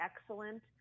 excellent